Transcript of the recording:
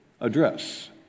address